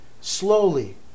slowly